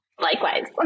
Likewise